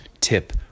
tip